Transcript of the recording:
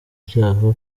ibyaha